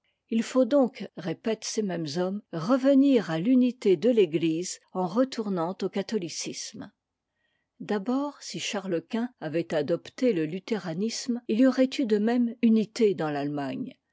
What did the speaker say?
il faut donc répètent ces mêmes hommes revenir à l'unité de l'église en'retournant au catholicisme d'abord si chartes quint avait adopté le tùthéranisme il y aurait eu de même unité dans l'allemagne